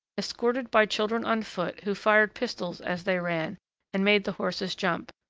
escorted by children on foot, who fired pistols as they ran and made the horses jump.